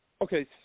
okay